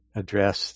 address